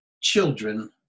children